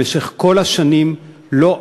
במשך כל השנים לא,